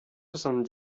soixante